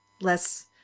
less